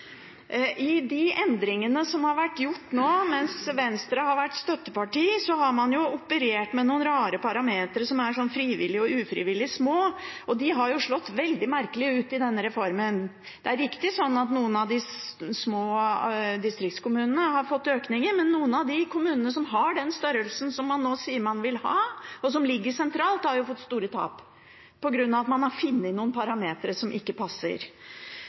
I de endringene som er gjort nå mens Venstre har vært støtteparti, har man operert med noen rare parametere, som «frivillig små» og «ufrivillig små», og de har slått veldig merkelig ut i denne reformen. Det er riktig at noen av de små distriktskommunene har fått økninger, men noen av de kommunene som har den størrelsen som man nå sier man vil ha, og som ligger sentralt, har fått store tap – på grunn av at man har funnet noen parametere som ikke passer.